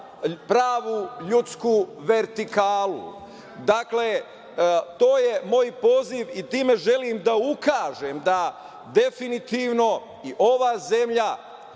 pravu ljudsku vertikalu. Dakle, to je moj poziv i time želim da ukažem da definitivno i ova zemlja